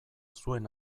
zuen